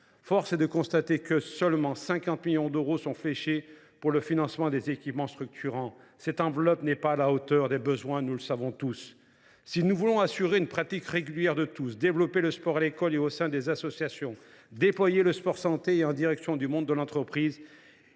sportives. Reste que seulement 50 millions d’euros sont fléchés pour le financement des équipements structurants. Cette enveloppe n’est pas à la hauteur des besoins. Si nous voulons assurer une pratique régulière de tous, développer le sport à l’école et au sein des associations, déployer le sport santé en direction du monde de l’entreprise,